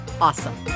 awesome